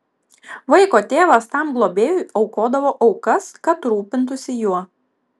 vaiko tėvas tam globėjui aukodavo aukas kad rūpintųsi juo